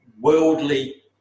worldly